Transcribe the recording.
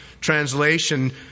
translation